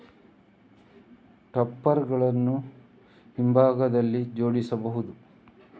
topper ಗಳನ್ನು ಹಿಂಭಾಗದಲ್ಲಿ ಜೋಡಿಸಬಹುದು